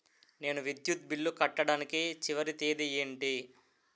నేను విద్యుత్ బిల్లు కట్టడానికి చివరి తేదీ ఏంటి?